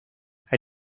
hij